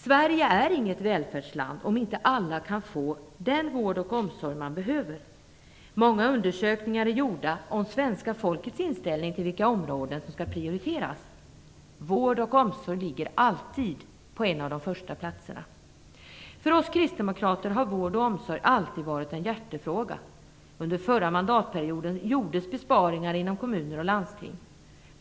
Sverige är inte ett välfärdsland om inte alla kan få den vård och omsorg som de behöver. Många undersökningar har gjorts om svenska folkets inställning till vilka områden som skall prioriteras. Vård och omsorg ligger alltid på en av de första platserna. För oss kristdemokrater har vård och omsorg alltid varit en hjärtefråga. Under förra mandatperioden gjordes besparingar inom kommuner och landsting.